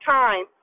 time